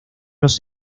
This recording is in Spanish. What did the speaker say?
los